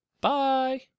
Bye